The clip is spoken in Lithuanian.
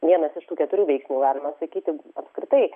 vienas iš tų keturių veiksmų galima sakyti apskritai